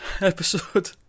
episode